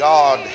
God